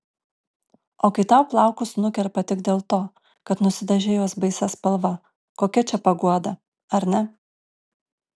o kai tau plaukus nukerpa tik dėl to kad nusidažei juos baisia spalva kokia čia paguoda ar ne